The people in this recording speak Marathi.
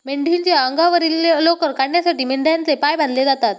मेंढीच्या अंगावरील लोकर काढण्यासाठी मेंढ्यांचे पाय बांधले जातात